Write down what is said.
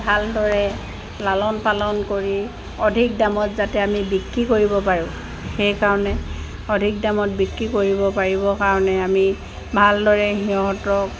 ভালদৰে লালন পালন কৰি অধিক দামত যাতে আমি বিক্ৰী কৰিব পাৰোঁ সেইকাৰণে অধিক দামত বিক্ৰী কৰিব পাৰিবৰ কাৰণে আমি ভালদৰে সিহঁতক